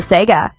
Sega